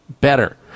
better